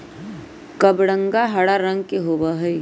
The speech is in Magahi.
कबरंगा हरा रंग के होबा हई